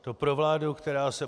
To pro vládu, která se